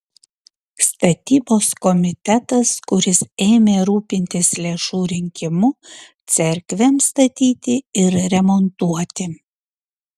statybos komitetas kuris ėmė rūpintis lėšų rinkimu cerkvėms statyti ir remontuoti